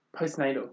Postnatal